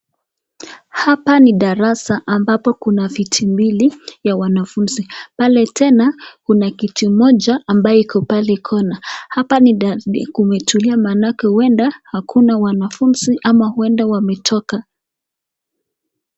Hapa ni darasa ambapo kuna viti mbili ya wanafunzi pale tena kuna kiti moja ambayo iko pale kona hapa kumetulia maanake huenda hakuna wanafunzi ama huenda wametoka.